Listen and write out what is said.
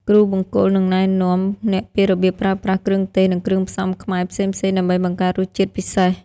គ្រូបង្គោលនឹងណែនាំអ្នកពីរបៀបប្រើប្រាស់គ្រឿងទេស និងគ្រឿងផ្សំខ្មែរផ្សេងៗ ដើម្បីបង្កើតរសជាតិពិសេស។